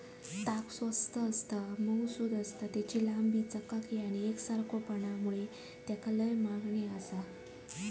ताग स्वस्त आसता, मऊसुद आसता, तेची लांबी, चकाकी आणि एकसारखेपणा मुळे तेका लय मागणी आसता